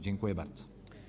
Dziękuję bardzo.